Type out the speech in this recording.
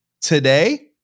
today